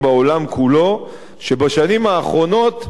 בעולם כולו שבשנים האחרונות,